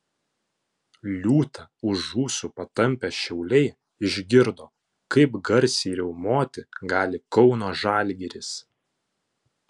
liūtą už ūsų patampę šiauliai išgirdo kaip garsiai riaumoti gali kauno žalgiris